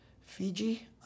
Fiji